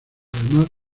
además